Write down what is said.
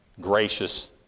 gracious